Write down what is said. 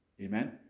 Amen